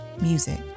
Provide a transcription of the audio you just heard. music